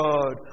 God